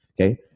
Okay